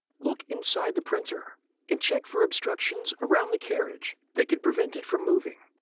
look inside the printer and check for obstructions around the carriage that could prevent it from moving.